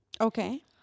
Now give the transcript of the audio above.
Okay